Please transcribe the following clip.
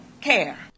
care